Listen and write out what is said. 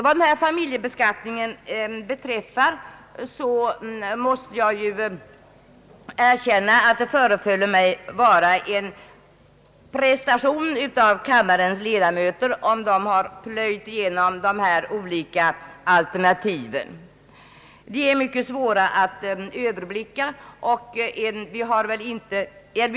Vad beträffar familjeBeskattningen förefaller det mig vara en prestation av kammarens ledamöter, om de har plöjt igenom de olika alternativ som nyligen lagts fram. De förefaller åtminstone mig mycket svåra att överblicka.